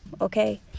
Okay